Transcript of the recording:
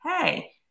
hey